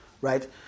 Right